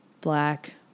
black